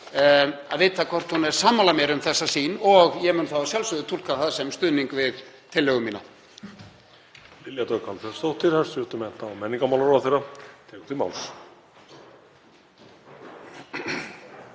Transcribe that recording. að vita hvort hún er sammála mér um þessa sýn og ég mun þá að sjálfsögðu túlka það sem stuðning við tillögu mína.